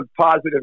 positive